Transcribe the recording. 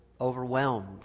overwhelmed